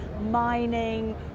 mining